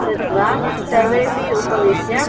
कृत्वा सर्वेपि उपविश्य